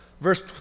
Verse